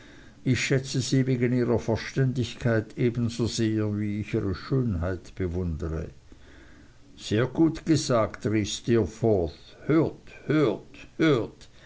ich schätze sie wegen ihrer verständigkeit ebenso sehr wie ich ihre schönheit bewundere sehr gut gesagt rief steerforth hört hört hört